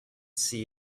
see